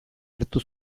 hartu